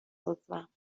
عضوم